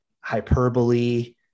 hyperbole